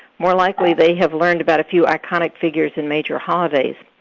more likely, they have learned about a few iconic figures and major holidays.